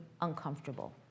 uncomfortable